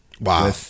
Wow